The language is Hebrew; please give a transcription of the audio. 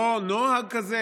לא נוהג כזה,